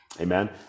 Amen